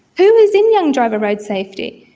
who is in young driver road safety?